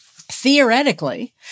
theoretically